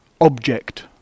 object